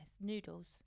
noodles